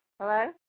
Hello